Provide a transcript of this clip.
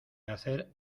hacer